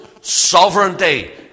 sovereignty